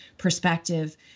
perspective